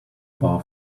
bar